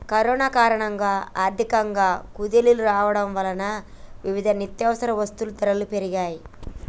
corona కారణంగా ఆర్థికంగా కుదేలు కావడం వలన వివిధ నిత్యవసర వస్తువుల ధరలు పెరిగాయ్